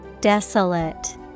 Desolate